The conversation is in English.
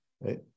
Right